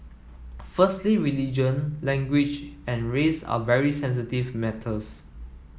firstly religion language and race are very sensitive matters